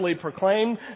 proclaimed